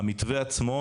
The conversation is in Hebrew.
המתווה עצמו,